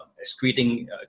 excreting